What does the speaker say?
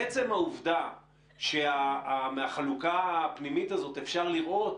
מעצם העובדה שמהחלוקה הפנימית הזאת אפשר לראות